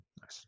Nice